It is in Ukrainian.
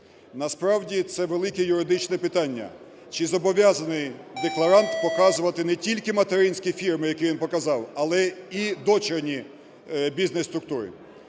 Насправді, це велике юридичне питання: чи зобов'язаний декларант показувати не тільки материнські фірми, які він показав, але і дочірні бізнес-структури.